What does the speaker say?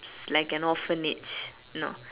like an orphanage no